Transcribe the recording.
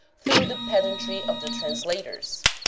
through the pedantry of the translators.